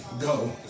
Go